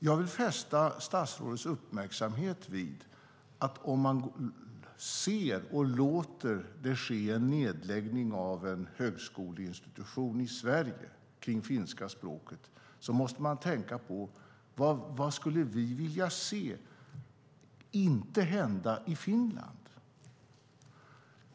Jag vill fästa statsrådets uppmärksamhet vid att om man ser en nedläggning av en högskoleinstitution i Sverige för finska språket och låter den ske måste man tänka på vad vi inte skulle vilja se hända i Finland.